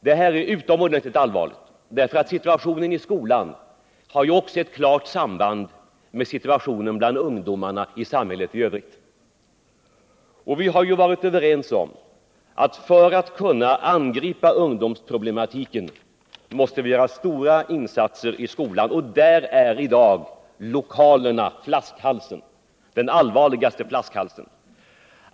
Det här är utomordentligt allvarligt, därför att situationen i skolan har ju också ett klart samband med situationen bland ungdomarna i samhället i övrigt. Och vi har ju varit överens om att för att kunna angripa ungdomsproblematiken måste vi göra stora insatser i skolan, och där är i dag lokalerna den allvarliga flaskhalsen.